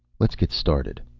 let's get started.